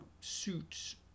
suits